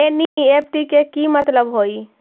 NEFT के कि मतलब होइ?